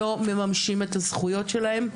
לא ממשים את הזכויות שלהם,